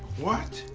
what?